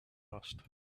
asked